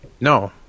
No